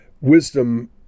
wisdom